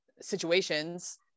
situations